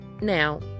Now